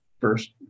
first